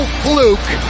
fluke